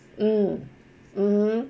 um mmhmm